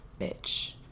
bitch